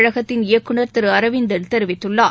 கழகத்தின் இயக்குநர் திரு அரவிந்தன் தெரிவித்துள்ளார்